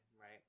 right